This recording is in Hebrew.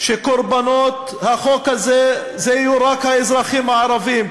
שקורבנות החוק הזה יהיו רק האזרחים הערבים,